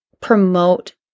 promote